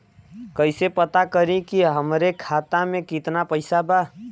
कइसे पता करि कि हमरे खाता मे कितना पैसा बा?